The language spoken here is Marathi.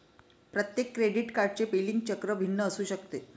प्रत्येक क्रेडिट कार्डचे बिलिंग चक्र भिन्न असू शकते